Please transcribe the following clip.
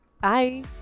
Bye